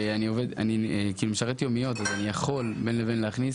אני משרת יומיות אז אני יכול בין לבין להכניס,